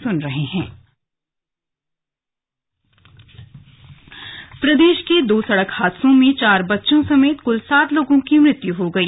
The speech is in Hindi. स्लग हादसे प्रदेश के दो सड़क हादसों में चार बच्चों समेत सात लोगों की मृत्यु हो गई